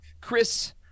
chris